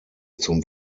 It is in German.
zum